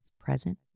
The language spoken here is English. present